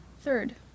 Third